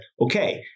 okay